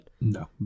no